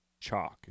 chalk